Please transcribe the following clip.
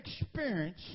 experience